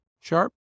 sharp